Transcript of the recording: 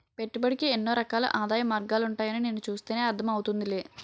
పెట్టుబడికి ఎన్నో రకాల ఆదాయ మార్గాలుంటాయని నిన్ను చూస్తేనే అర్థం అవుతోందిలే